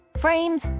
Frames